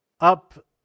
up